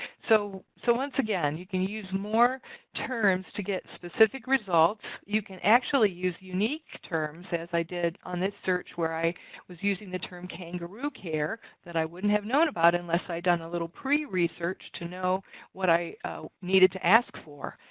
so so, once again, you can use more terms to get specific results. you can actually use unique terms as i did on this search where i was using the term, kangaroo care that i wouldn't have known about unless i'd done a little pre-research to know what i needed to ask for.